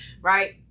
Right